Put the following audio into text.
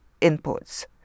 inputs